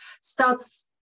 starts